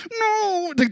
no